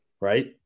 right